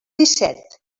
disset